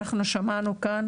אנחנו שמענו כאן